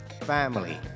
Family